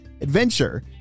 adventure